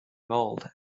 mould